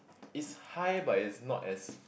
is high but is not as